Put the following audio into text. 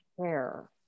care